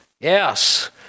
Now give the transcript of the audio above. Yes